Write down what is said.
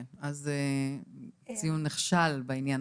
אז זה ציון נכשל בעניין הזה.